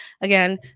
Again